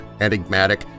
enigmatic